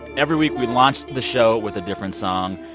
every week, we launch the show with a different song.